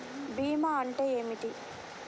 భీమా అంటే ఏమిటి?